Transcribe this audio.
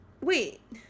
Wait